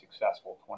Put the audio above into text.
successful